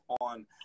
on